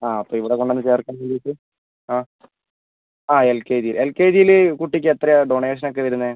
ആ അപ്പോൾ ഇവിടെ കൊണ്ടുവന്ന് ചേർക്കുമ്പോഴേക്കും ആ ആ L K G L K ജിയിൽ കുട്ടിക്ക് എത്രയാണ് ഡൊണേഷനൊക്കെ വരുന്നത്